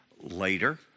later